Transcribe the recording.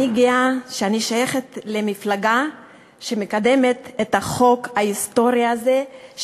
אני גאה שאני שייכת למפלגה שמקדמת את החוק ההיסטורי הזה,